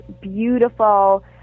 beautiful